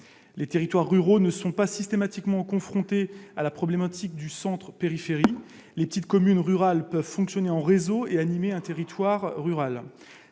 Les territoires ruraux ne sont pas systématiquement confrontés à la problématique du centre et de la périphérie. Les petites communes rurales peuvent fonctionner en réseau pour animer un territoire rural.